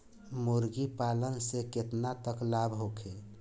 मुर्गी पालन से केतना तक लाभ होखे?